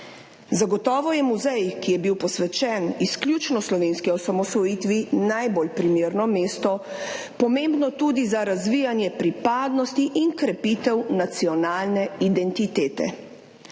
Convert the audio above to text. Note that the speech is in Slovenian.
Zagotovo je muzej, ki je bil posvečen izključno slovenski osamosvojitvi, najbolj primerno mesto, pomembno tudi za razvijanje pripadnosti in krepitev nacionalne identitete.